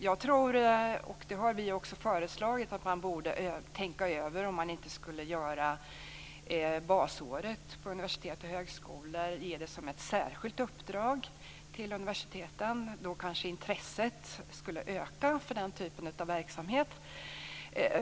Vi har föreslagit att ge basåret på universitet och högskolor som ett särskilt uppdrag till universiteten. Då kanske intresset skulle öka för den typen av verksamhet.